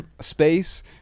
space